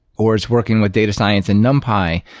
or it's working with data science in numpy.